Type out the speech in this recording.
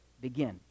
begin